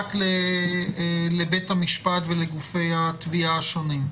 כך שתהיה פתוחה רק לבית המשפט ולגופי התביעה השונים.